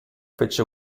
fece